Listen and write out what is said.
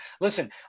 Listen